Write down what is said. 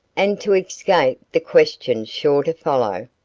and to escape the questions sure to follow,